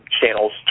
channels